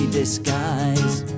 disguise